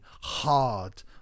hard